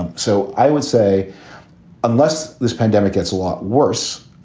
um so i would say unless this pandemic gets a lot worse,